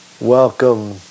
welcome